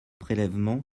prélèvements